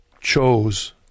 chose